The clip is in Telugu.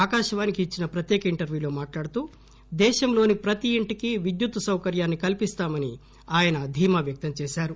ఆకాశవాణికి ఇచ్చిన ప్రత్యేక ఇంటర్వ్యూ లో మాట్లాడుతూ దేశంలోని ప్రతి ఇంటికీ విద్యుత్తు సౌకర్యాన్ని కల్పిస్తామని ఆయన ధీమా వ్యక్తం చేశారు